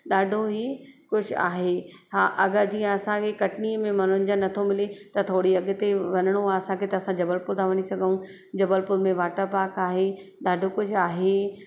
ॾाढो ई कुझु आहे हा अगरि जीअं असांखे कटनी में मनोरंजन नथो मिले त थोरी अॻिते वञिणो आहे असांखे त असां जबलपुर था वञी सघूं जबलपुर में वॉटर पार्क आहे ॾाढो कुझु आहे